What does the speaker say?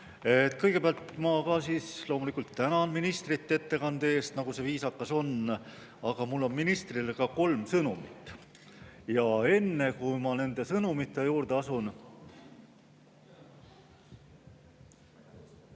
Kõigepealt ma loomulikult tänan ministrit ettekande eest, nagu see viisakas on. Aga mul on ministrile ka kolm sõnumit. Enne, kui ma nende sõnumite juurde asun